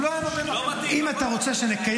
הוא לא היה נותן לכם --- אם אתה רוצה שנקיים